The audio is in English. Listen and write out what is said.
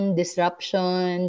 disruption